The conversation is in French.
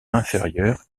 inférieur